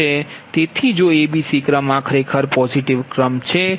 તેથી જો a b c ક્રમ આ ખરેખર સકારાત્મક ક્રમ છે